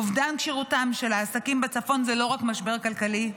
אובדן כשירותם של העסקים בצפון הוא לא רק משבר כלכלי,